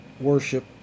worship